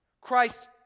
Christ